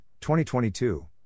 2022